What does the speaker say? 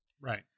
Right